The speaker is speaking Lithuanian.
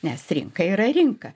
nes rinka yra rinka